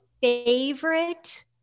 favorite